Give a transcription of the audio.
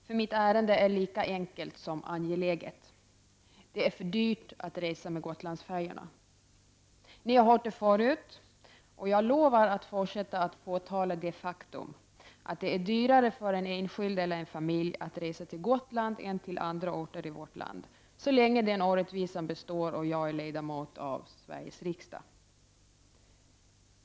Fru talman! Mitt anförande skall bli kort, för mitt ärende är lika enkelt som angeläget: det är för dyrt att resa med Gotlandsfärjorna! Ni har hört det förut, och jag lovar att jag så länge orättvisan består och jag är ledamot av Sveriges riksdag fortsätter att påtala det faktum att det är dyrare för en enskild eller en familj att resa till Gotland än till andra orter.